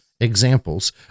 examples